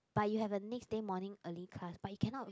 but you have a next day morning early class but you cannot